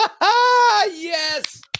Yes